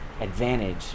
advantage